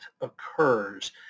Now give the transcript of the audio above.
occurs